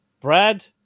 brad